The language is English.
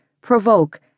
provoke